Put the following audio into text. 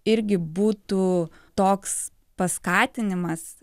irgi būtų toks paskatinimas